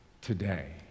today